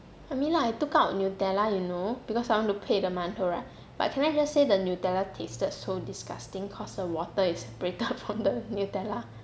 I mean like I took out nutella you know because I want to 配 the 馒头 right but can I just say the nutella tasted so disgusting cause the water is break out from the nutella